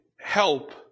help